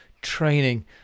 training